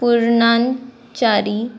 पुर्णान चारी